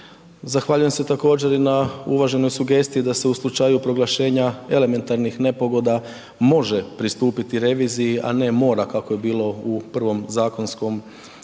Zahvaljujem se također i na uvaženoj sugestiji da se u slučaju proglašenja elementarnih nepogoda može pristupiti reviziji, a ne mora kako je bilo u prvom zakonskom, u